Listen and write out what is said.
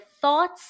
thoughts